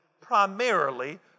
primarily